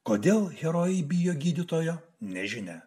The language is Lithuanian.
kodėl herojai bijo gydytojo nežinia